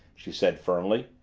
she said firmly.